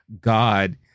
God